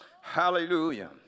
Hallelujah